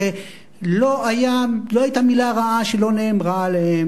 שלא היתה מלה רעה שלא נאמרה עליהן,